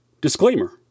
Disclaimer